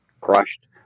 crushed